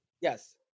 Yes